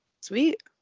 Sweet